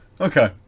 Okay